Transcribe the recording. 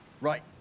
Right